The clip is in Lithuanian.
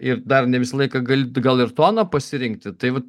ir dar ne visą laiką gali gal ir toną pasirinkti tai vat